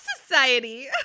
Society